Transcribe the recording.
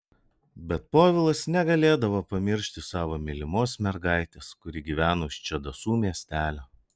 bet povilas negalėdavo pamiršti savo mylimos mergaitės kuri gyveno už čedasų miestelio